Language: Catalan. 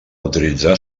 utilitzar